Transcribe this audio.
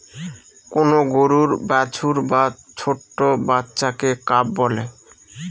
কোন গরুর বাছুর বা ছোট্ট বাচ্চাকে কাফ বলে